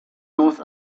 north